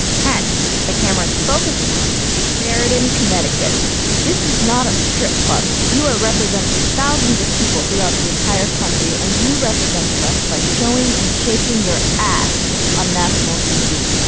ten cameras focusing on the butts married in connecticut this is not a strip club. you are representing thousands of people throughout the entire country. and you represented us by showing and shaking your ass on national tv.